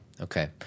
Okay